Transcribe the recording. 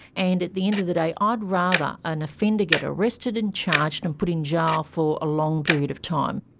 and at the end of the day ah i'd rather an offender get arrested and charged and put in jail for a long period of time.